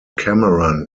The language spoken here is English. cameron